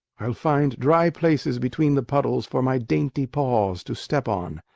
i'll find dry places between the puddles for my dainty paws to step on.